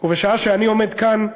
בשעה שאני עומד כאן,